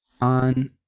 on